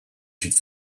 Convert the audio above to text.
should